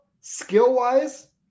skill-wise